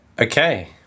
Okay